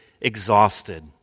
exhausted